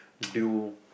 dual